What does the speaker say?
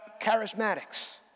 charismatics